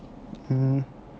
mmhmm